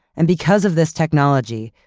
and because of this technology,